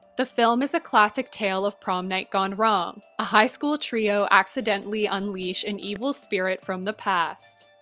the film is a classic tale of prom night gone wrong. a high school trio accidentally unleash an evil spirit from the past.